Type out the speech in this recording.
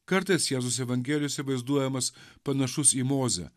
kartais jėzus evangelijose vaizduojamas panašus į mozę